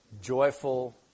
joyful